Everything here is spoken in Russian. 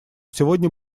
сегодня